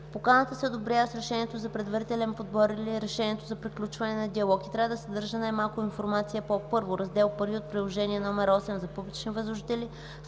Поканата се одобрява с решението за предварителен подбор или решението за приключване на диалог и трябва да съдържа най-малко информацията по: 1. Раздел I от приложение № 8 – за публични възложители;